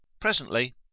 presently